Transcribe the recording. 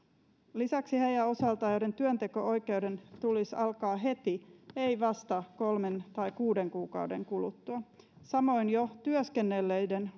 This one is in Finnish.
lisäksi heidän osaltaan työnteko oikeuden tulisi alkaa heti ei vasta kolme tai kuuden kuukauden kuluttua samoin jo työskennelleiden